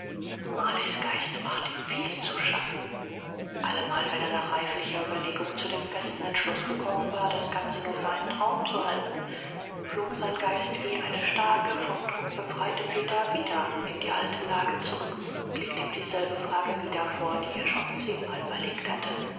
marleys geist machte ihm viel zu schaffen allemal wenn er nach reiflicher ueberlegung zu dem festen entschluß gekommen war das ganze nur für einen traum zu halten flog sein geist wie eine starke vom druck befreite feder wieder in die alte lage zurück und legte ihm dieselbe frage wieder vor die er schon zehnmal überlegt hatte